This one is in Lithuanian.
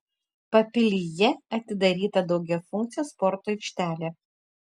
papilyje atidaryta daugiafunkcė sporto aikštelė